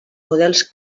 models